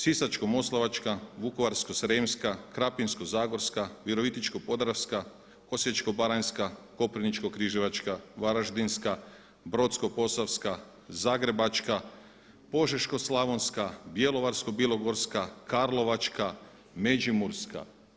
Sisačko-moslavačka, Vukovarsko-srijemska, Krapinsko-zagorska, Virovitičko-podravska, Osječko-baranjska, Koprivničko-križevačka, Varaždinska, Brodsko-posavska, Zagrebačka, Požeško-slavonska, Bjelovarsko-bilogorska, Karlovačka, Međimurska.